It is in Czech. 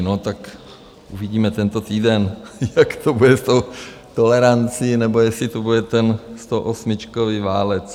No, tak uvidíme tento týden, jak to bude s tou tolerancí, nebo jestli to bude ten stoosmičkový válec.